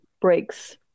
breaks